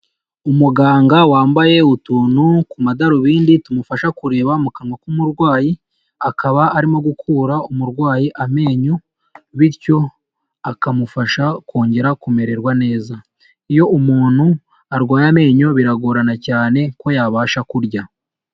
Umuganga wambaye utuntu ku madarubindi tumufasha kureba mu kanwa k'umurwayi, akaba arimo gukura umurwayi amenyo, bityo akamufasha kongera kumererwa neza. Iyo umuntu arwaye amenyo biragorana cyane ko yabasha kurya.